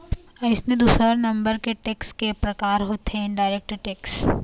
अइसने दूसर नंबर के टेक्स के परकार होथे इनडायरेक्ट टेक्स